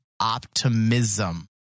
optimism